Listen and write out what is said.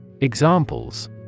Examples